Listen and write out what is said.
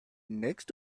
next